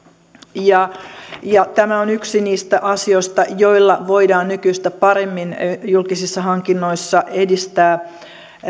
ja ja tämä on yksi niistä asioista joilla voidaan nykyistä paremmin julkisissa hankinnoissa edistää